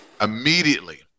Immediately